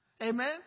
Amen